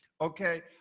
Okay